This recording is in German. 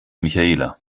michaela